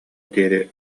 диэри